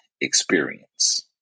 experience